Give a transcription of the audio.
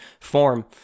form